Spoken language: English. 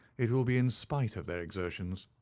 it will be in spite of their exertions.